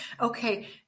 okay